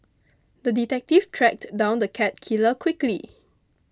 the detective tracked down the cat killer quickly